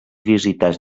visitats